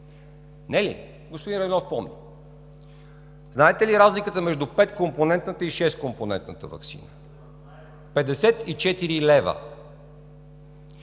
Не ли? Господин Райнов помни. Знаете ли разликата между 5-компонентната и 6 компонентната ваксина? –